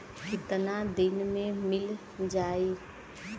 कितना दिन में मील जाई?